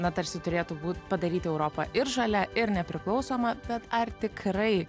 na tarsi turėtų būt padaryti europą ir žalia ir nepriklausoma bet ar tikrai